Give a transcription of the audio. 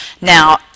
Now